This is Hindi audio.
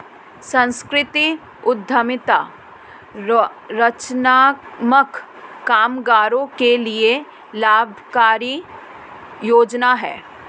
संस्कृति उद्यमिता रचनात्मक कामगारों के लिए लाभकारी औजार है